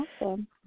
awesome